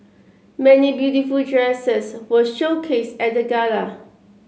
many beautiful dresses were showcased at the gala